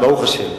ברוך השם.